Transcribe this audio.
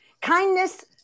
Kindness